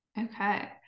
Okay